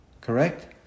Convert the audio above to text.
correct